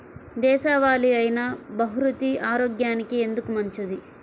దేశవాలి అయినా బహ్రూతి ఆరోగ్యానికి ఎందుకు మంచిది?